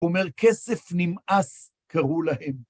הוא אומר, כסף נמאס, קראו להם.